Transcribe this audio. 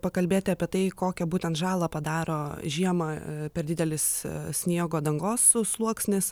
pakalbėti apie tai kokią būtent žalą padaro žiemą per didelis sniego dangos sluoksnis